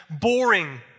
boring